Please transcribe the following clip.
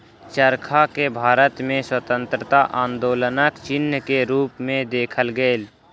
चरखा के भारत में स्वतंत्रता आन्दोलनक चिन्ह के रूप में देखल गेल